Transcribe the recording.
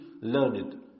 learned